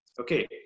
okay